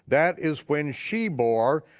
that is when she bore